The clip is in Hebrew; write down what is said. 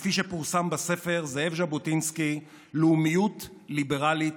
כפי שפורסם בספרו "לאומיות ליברלית,